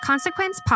Consequence